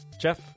Jeff